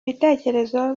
bitekerezo